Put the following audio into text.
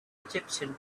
egyptian